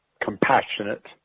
compassionate